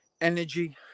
energy